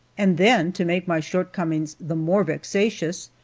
and then, to make my shortcomings the more vexatious,